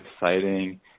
exciting